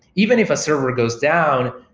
even if a server goes down,